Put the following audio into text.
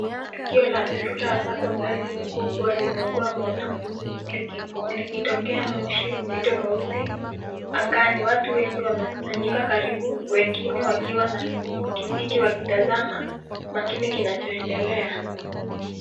Matukio la dharura ambapo gari kubwa limeungua moto likitokea moshi mzito meusi angani watu wengi wengine wakiwa na pikipik wakitazama makini kinachoendelea.